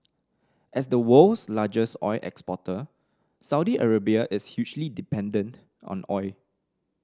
as the world's largest oil exporter Saudi Arabia is hugely dependent on oil